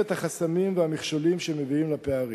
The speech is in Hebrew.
את החסמים והמכשולים שמביאים לפערים.